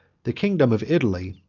the kingdom of italy,